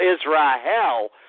Israel